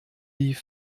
die